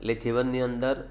એટલે જીવનની અંદર